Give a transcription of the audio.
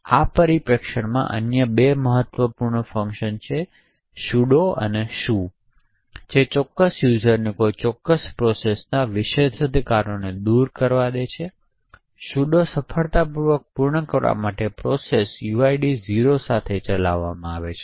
આ પરિપ્રેક્ષ્યમાં અન્ય બે મહત્વપૂર્ણ ફંકશન છે sudo અને su જે ચોક્કસ યુઝરને કોઈ ચોક્કસ પ્રોસેસના વિશેષાધિકારોને દૂર કરવા દે છે તેથી sudo સફળતાપૂર્વક પૂર્ણ કરવા પર પ્રોસેસ uid 0 સાથે ચાલશે